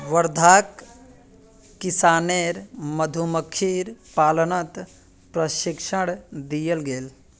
वर्धाक किसानेर मधुमक्खीर पालनत प्रशिक्षण दियाल गेल